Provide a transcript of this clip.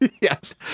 Yes